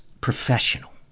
professional